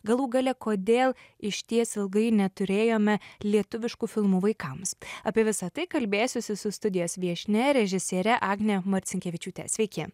galų gale kodėl išties ilgai neturėjome lietuviškų filmų vaikams apie visa tai kalbėsiuosi su studijos viešnia režisiere agne marcinkevičiūte sveiki